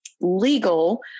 legal